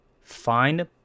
find